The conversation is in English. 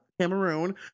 Cameroon